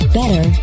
better